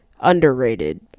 Underrated